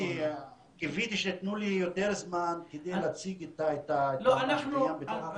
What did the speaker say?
קיוויתי שתיתנו לי יותר זמן כדי להציג את התמונה השלמה בתוך החברה.